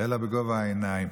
אלא בגובה העיניים.